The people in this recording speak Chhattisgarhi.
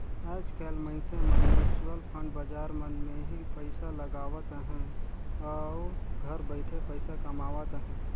आएज काएल मइनसे मन म्युचुअल फंड बजार मन में ही पइसा लगावत अहें अउ घर बइठे पइसा कमावत अहें